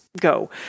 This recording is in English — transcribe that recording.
go